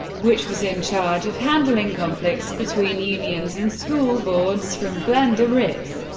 which was in charge of handling conflicts between unions and school boards, from glenda ritz,